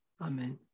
Amen